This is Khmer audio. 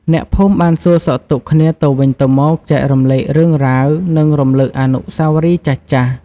អ្នកភូមិបានសួរសុខទុក្ខគ្នាទៅវិញទៅមក ចែករំលែករឿងរ៉ាវ និងរំលឹកអនុស្សាវរីយ៍ចាស់ៗ។